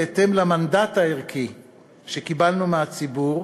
בהתאם למנדט הערכי שקיבלנו מהציבור?